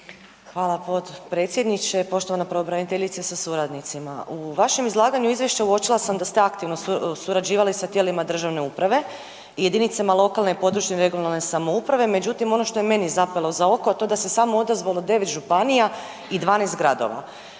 Hvala potpredsjedniče. Poštovana pravobraniteljice sa suradnicima, u vašem izlaganju izvješća uočila sam da ste aktivno surađivali sa tijelima državne uprave i jedinicama lokalne i područne (regionalne) samouprave međutim ono što je meni zapelo za oko a to je da se samo odazvalo 9 županija i 12 gradova